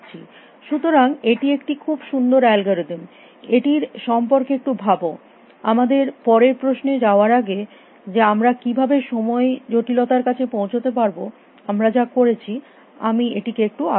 সুতরাং এটি একটি খুব সুন্দর অ্যালগরিদম এটির সম্পর্কে একটু ভাব আমাদের পরের প্রশ্নে যাওয়ার আগে যে আমরা কিভাবে সময় জটিলতার কাছে পৌঁছাতে পারব আমরা যা করেছি আমি এটিকে একটু আলোচনা করব